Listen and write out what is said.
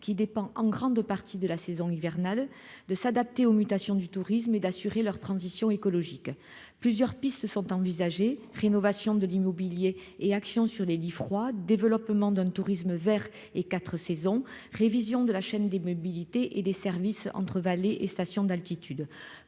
qui dépend en grande partie de la saison hivernale, de s'adapter aux mutations du tourisme et d'assurer leur transition écologique, plusieurs pistes sont envisagées : rénovation de l'immobilier et actions sur les lits froids, développement d'un tourisme Vert et 4 saisons, révision de la chaîne des mobilités et des services entre vallées et stations d'altitude